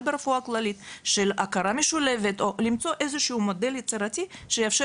ברפואה כללית של הכרה משולבת או למצוא מודל יצירתי שיאפשר